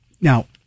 Now